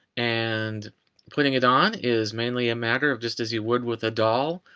and putting it on is mainly a matter of, just as you would with a doll.